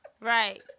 Right